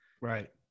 Right